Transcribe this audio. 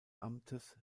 amtes